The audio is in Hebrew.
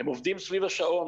הם עובדים סביב השעון.